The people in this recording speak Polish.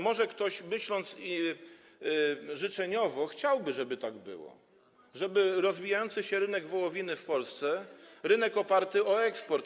Może ktoś myśląc życzeniowo, chciałby, żeby tak było, żeby rozwijający się rynek wołowiny w Polsce, rynek oparty na eksporcie.